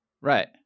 Right